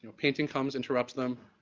painting comes, interrupts them.